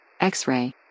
X-Ray